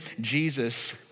Jesus